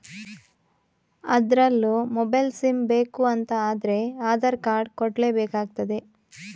ಅದ್ರಲ್ಲೂ mobile sim ಬೇಕು ಅಂತ ಆದ್ರೆ ಆಧಾರ್ ಕಾರ್ಡ್ ಕೊಡ್ಲೇ ಬೇಕಾಗ್ತದೆ